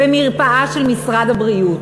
במרפאה של משרד הבריאות.